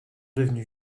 devenu